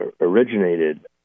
originated